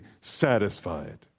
satisfied